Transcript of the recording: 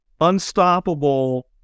unstoppable